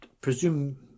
presume